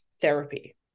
therapy